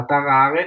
באתר הארץ,